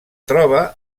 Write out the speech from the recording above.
troba